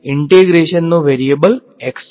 integration નો variable x છે